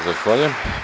Zahvaljujem.